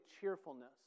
cheerfulness